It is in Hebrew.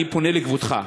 אני פונה לכבודך,